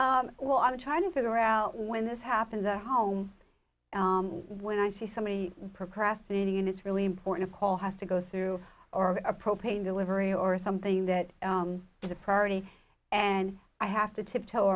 loud well i'm trying to figure out when this happens at home when i see somebody procrastinating and it's really important call has to go through or a propane delivery or something that is a priority and i have to tiptoe